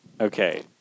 Okay